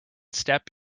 step